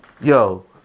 yo